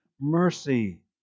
mercy